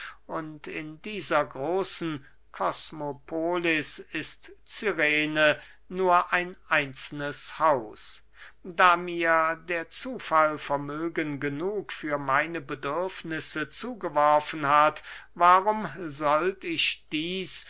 und in dieser großen kosmopolis ist cyrene nur ein einzelnes haus da mir der zufall vermögen genug für meine bedürfnisse zugeworfen hat warum sollt ich dieß